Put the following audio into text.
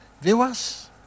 Viewers